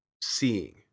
seeing